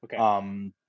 okay